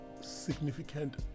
significant